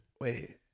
wait